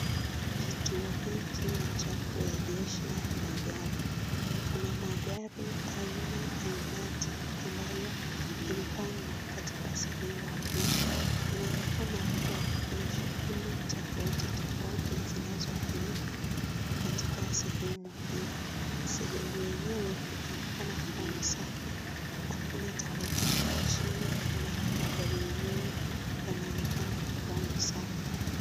kituo hiki ni cha kuegesha magari, kuna magari haina hainati ambayo imepangwa katika sehemu hii inaonekane kuwa kuna shuguli tofauti tofauti zinazofanyika katika sehemu hii sehemu yenyewe inaonekana kuwa ni safi na hakuna takataka chini na magari yenyewe yinaonekana kuwa ni safi.